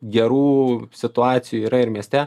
gerų situacijų yra ir mieste